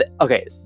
okay